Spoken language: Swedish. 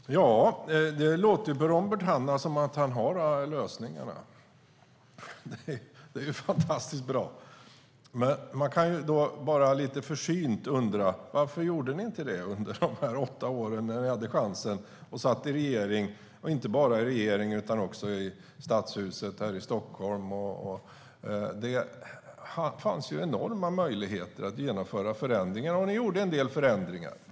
Fru talman! Det låter på Robert Hannah som att han har lösningarna. Det är fantastiskt bra! Då kan man lite försynt undra: Varför gjorde ni inte så under de åtta år när ni hade chansen, när ni satt i regeringen och inte bara i regeringen utan också i Stadshuset här i Stockholm? Det fanns ju enorma möjligheter att genomföra förändringar, och ni gjorde en del förändringar.